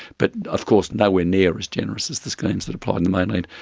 but of course nowhere near as generous as the schemes that applied on the mainland.